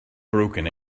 broken